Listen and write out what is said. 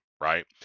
right